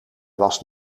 was